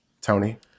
tony